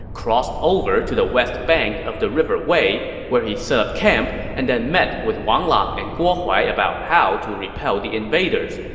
crossed over to the west bank of the river wei, where he set up camp and then met with wang lang and guo huai about how to repel the invaders.